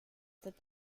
that